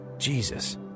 Jesus